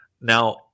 Now